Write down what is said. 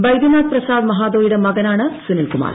ബൈദ്യനാഥ് പ്രസാദ് മഹാതോയുടെ മകനാണ് സുനിൽകുമാർ